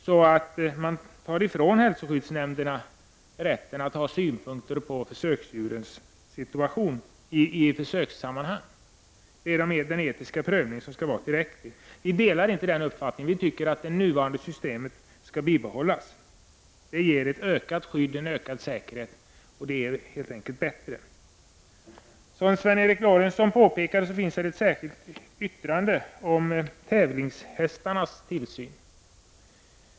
Förslaget innebär nämligen att hälsoskyddsnämnderna fråntas rätten att ha synpunkter på försöksdjurens situation i försökssammanhang. Det anses att den etiska prövning som görs skall vara tillräcklig. Vi delar inte den uppfattningen. Vi anser att det nuvarande systemet skall bibehållas. Det ger ett ökat skydd och en ökad säkerhet och är helt enkelt bättre. Som Sven Eric Lorentzon påpekade finns ett särskilt yttrande fogat till betänkandet, och det handlar om tillsynen av tävlingshästar.